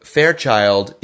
Fairchild